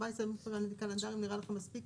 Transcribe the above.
14 ימים קלנדריים נראה לכם מספיק